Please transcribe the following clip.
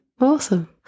Awesome